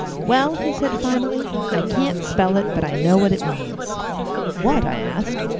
well, he said finally, i can't spell it but i know what it means what? i asked.